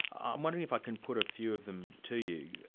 i'm wondering if i can put a few of them to you.